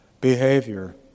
behavior